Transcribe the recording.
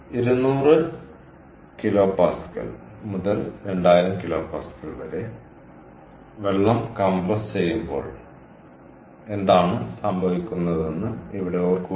200 kPa മുതൽ 2000 kPa വരെ വെള്ളം കംപ്രസ്സുചെയ്യുമ്പോൾ എന്താണ് സംഭവിക്കുന്നതെന്ന് ഇവിടെ ഓർക്കുക